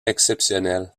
exceptionnelle